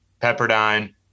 Pepperdine